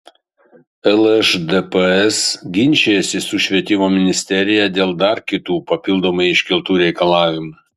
lšdps ginčijasi su švietimo ministerija dėl dar kitų papildomai iškeltų reikalavimų